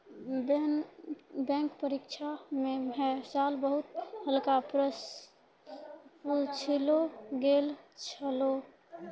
bank परीक्षा म है साल बहुते हल्का प्रश्न पुछलो गेल छलै